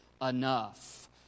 enough